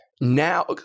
Now